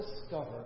discover